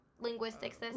linguistics